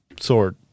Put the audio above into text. sword